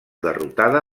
derrotada